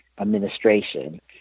administration